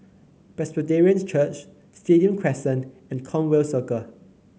Presbyterian Church Stadium Crescent and Conway Circle